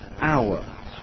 hour